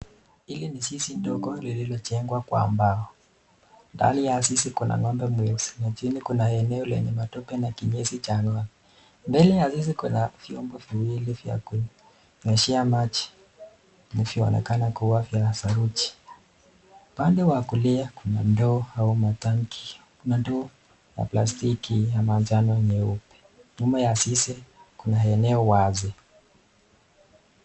Hili ni zizi ndogo lililo jengwa kwa mbao. Ndani ya zizi kuna ng'ombe mweusi na chini kuna matope na kinyesi ya ng'ombe. Mbele ya zizi kuna vyombo viwili vyakunyweshea maji vinavyo onekana kuwa vya seruji . Upande Wa kulia kuna ndoo ama matanki . Kuna ndoo ya plastiki ya manjano , meupe. Nyuma ya zizi kuna eneo wazi.